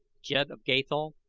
jed of gathol,